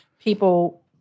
People